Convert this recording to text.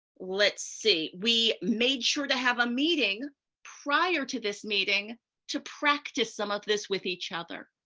let's see. we made sure to have a meeting prior to this meeting to practice some of this with each other.